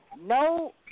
no